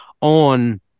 on